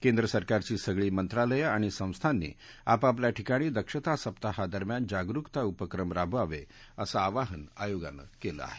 केंद्र सरकारची सगळी मंत्रालयं आणि संस्थांनी आपापल्या ठिकाणी दक्षता सप्ताहादरम्यान जागृकता उपक्रम राबवावे असं आवाहन आयोगानं केलं आहे